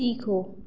सीखो